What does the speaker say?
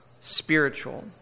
spiritual